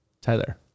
Tyler